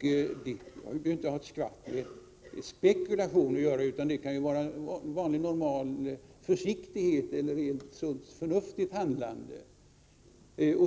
Det behöver inte ha ett skvatt med spekulation att göra, utan det kan vara vanlig normal försiktighet eller ett handlande av